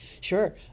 Sure